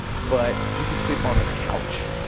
but you can sleep on this couch.